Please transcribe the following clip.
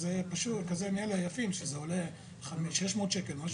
איך פתרנו את זיקת משגיח מושגח כשגוף כלכלי